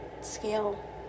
scale